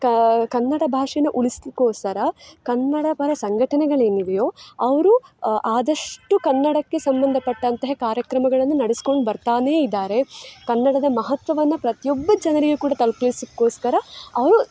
ಕ ಕನ್ನಡ ಭಾಷೆನ ಉಳಿಸಲಿಕ್ಕೋಸ್ಕರ ಕನ್ನಡ ಪರ ಸಂಘಟನೆಗಳೇನಿವೆಯೋ ಅವರು ಆದಷ್ಟು ಕನ್ನಡಕ್ಕೆ ಸಂಬಂಧಪಟ್ಟಂತೆಯೇ ಕಾರ್ಯಕ್ರಮಗಳನ್ನು ನಡೆಸ್ಕೊಂಡು ಬರ್ತಾನೇ ಇದ್ದಾರೆ ಕನ್ನಡದ ಮಹತ್ವವನ್ನು ಪ್ರತಿಯೊಬ್ಬ ಜನರಿಗೆ ಕೂಡ ತಲುಪಿಸ್ಲಿಕ್ಕೋಸ್ಕರ ಅವರು